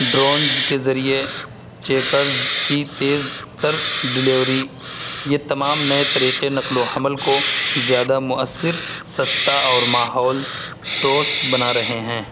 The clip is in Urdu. ڈرونس کے ذریعے چیکرز کی تیز تر ڈلیوری یہ تمام نئے طریقے نقل و حمل کو زیادہ مؤثر سستا اور ماحول دوست بنا رہے ہیں